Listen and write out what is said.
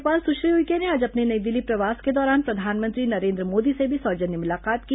राज्यपाल सुश्री उइके ने आज अपने नई दिल्ली प्रवास के दौरान प्रधानमंत्री नरेन्द्र मोदी से भी सौजन्य मुलाकात की